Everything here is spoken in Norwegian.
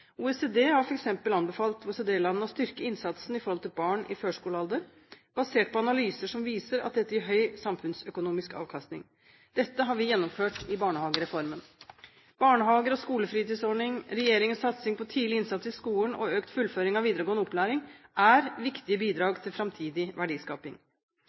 OECD har f.eks. anbefalt OECD-landene å styrke innsatsen overfor barn i førskolealder, basert på analyser som viser at dette gir høy samfunnsøkonomisk avkastning. Dette har vi gjennomført i barnehagereformen. Barnehager og skolefritidsordning, regjeringens satsing på tidlig innsats i skolen og økt fullføring av videregående opplæring er viktige bidrag til framtidig verdiskaping.